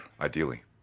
Ideally